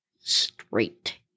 straight